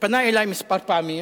ופנה אלי מספר פעמים